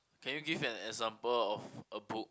can you give an example of a book